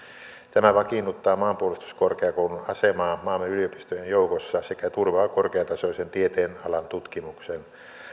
tämä vakiinnuttaa maanpuolustuskorkeakoulun asemaa maamme yliopistojen joukossa sekä turvaa korkeatasoisen tieteenalan tutkimuksen